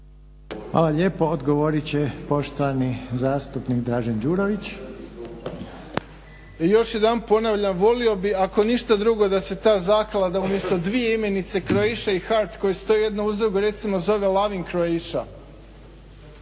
Hvala lijepo. Odgovorit će poštovani zastupnik Dražen Đurović. **Đurović, Dražen (HDSSB)** Još jedanput ponavljam, volio bih ako ništa drugo da se ta zaklada umjesto dvije imenice "Croatia" i "Hart" koji stoji jedna uz drugo recimo zove "Loving Croatira".